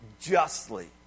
justly